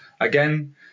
again